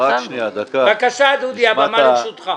--- בקשה, דודי, הבמה לרשותך.